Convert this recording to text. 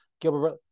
Gilbert